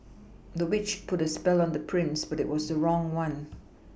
the witch put a spell on the prince but it was the wrong one